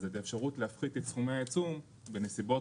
ז האפשרות להפחית את סכומי העיצום בנסיבות